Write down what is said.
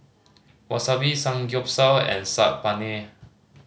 Wasabi Samgyeopsal and Saag Paneer